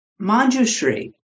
Manjushri